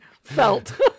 felt